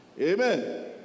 Amen